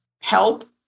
help